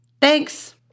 Thanks